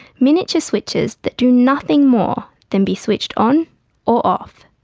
miniature switches that do nothing more than be switched on or off.